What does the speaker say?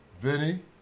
Vinny